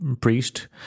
priest